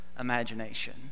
imagination